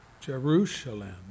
Jerusalem